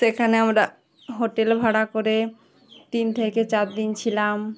সেখানে আমরা হোটেল ভাড়া করে তিন থেকে চার দিন ছিলাম